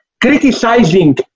criticizing